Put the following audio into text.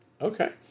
okay